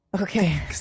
Okay